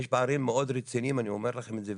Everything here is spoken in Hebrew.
יש פערים מאוד רציניים, אני אומר לכם את זה.